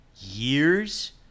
years